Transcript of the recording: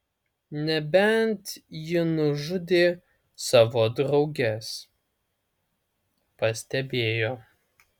nebent ji nužudė savo drauges pastebėjo